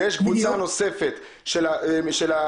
ויש גם קבוצה נוספת של הפעוטות,